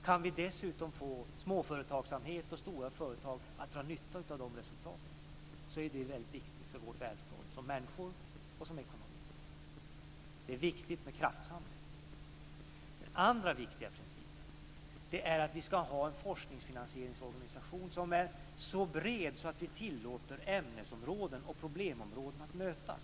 Kan vi dessutom få småföretagsamhet och stora företag att dra nytta av de resultaten är det viktigt för vårt välstånd som människor och som ekonomi. Det är viktigt med en kraftsamling. Den andra viktiga principen är att vi ska ha en forskningsfinansieringsorganisation som är så bred att vi tillåter ämnesområden och problemområden att mötas.